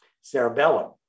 cerebellum